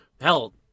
hell